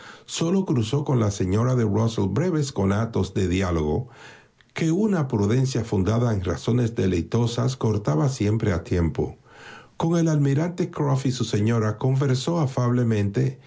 sólo cruzó con la señora de rusell breves conatos de diálogo que una prudencia fundada en razones deleitosas cortaba siempre a tiempo con el almirante croft y su señora conversó afablemente